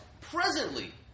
presently